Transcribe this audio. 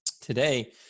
today